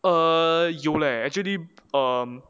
err 有 leh actually um